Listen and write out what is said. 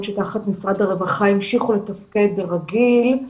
תחת משרד הרווחה המשיכו לתפקד רגיל,